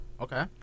Okay